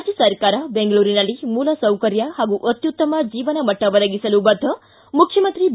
ರಾಜ್ಯ ಸರ್ಕಾರ ಬೆಂಗಳೂರಿನಲ್ಲಿ ಮೂಲಸೌಕರ್ಯ ಹಾಗೂ ಅತ್ಯುತ್ತಮ ಜೀವನಮಟ್ಟ ಒದಗಿಸಲು ಬದ್ಧ ಮುಖ್ಣಮಂತ್ರಿ ಬಿ